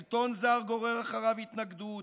שלטון זר גורר אחריו התנגדות.